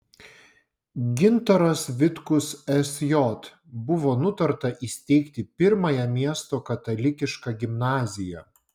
gintaras vitkus sj buvo nutarta įsteigti pirmąją miesto katalikišką gimnaziją